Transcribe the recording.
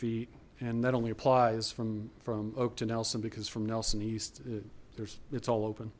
feet and that only applies from from oak to nelson because from nelson east there's it's all open